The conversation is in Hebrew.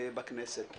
בכנסת.